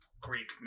greek